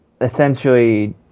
essentially